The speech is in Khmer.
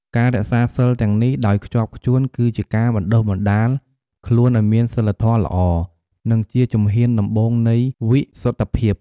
ការរក្សាសីលទាំងនេះដោយខ្ជាប់ខ្ជួន គឺជាការបណ្តុះបណ្តាលខ្លួនឱ្យមានសីលធម៌ល្អ និងជាជំហានដំបូងនៃវិសុទ្ធិភាព។